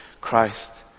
Christ